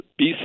BC